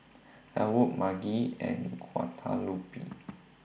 Elwood Margy and Guadalupe